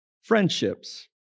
Friendships